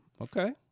Okay